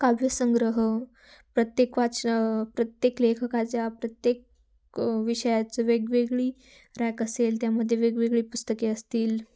काव्यसंग्रह प्रत्येक वाच प्रत्येक लेखकाच्या प्रत्येक विषयाचं वेगवेगळी रॅक असेल त्यामध्ये वेगवेगळी पुस्तके असतील